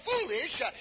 foolish